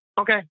Okay